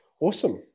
awesome